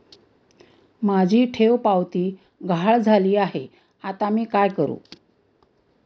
माझी ठेवपावती गहाळ झाली आहे, आता मी काय करु?